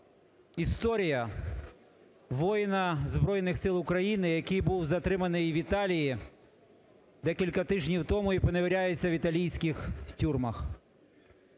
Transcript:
історія воїна Збройних Сил України, який був затриманий в Італії декілька тижнів тому і поневіряється в італійських тюрмах.